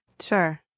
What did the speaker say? Sure